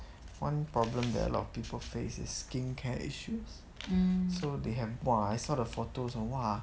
one problem there are a lot of people face is skincare issues so they have !wah! I saw the photos !wah!